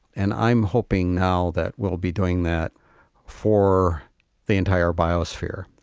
and i'm hoping now that we'll be doing that for the entire biosphere,